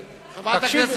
אז מה אתה רוצה,